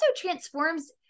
transforms